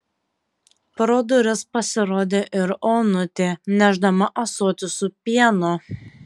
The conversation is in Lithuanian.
pro duris pasirodė ir onutė nešdama ąsotį su pienu